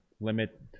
limit